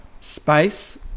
space